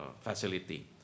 facility